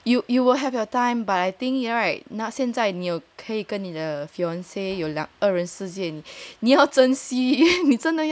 you you will have your time but I think you're right now 现在你跟你的 fiance 有二人世界你要珍惜你真的要珍惜